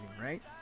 right